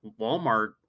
Walmart